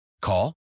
Call